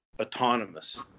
autonomous